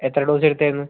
എത്ര ഡോസ് എടുത്തായിരുന്നു